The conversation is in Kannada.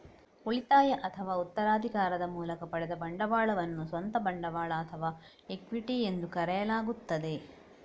ಉಳಿತಾಯ ಅಥವಾ ಉತ್ತರಾಧಿಕಾರದ ಮೂಲಕ ಪಡೆದ ಬಂಡವಾಳವನ್ನು ಸ್ವಂತ ಬಂಡವಾಳ ಅಥವಾ ಇಕ್ವಿಟಿ ಎಂದು ಕರೆಯಲಾಗುತ್ತದೆ